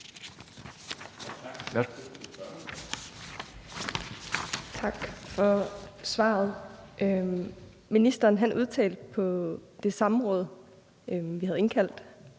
Tak for svaret. Ministeren udtalte på det samråd, vi havde indkaldt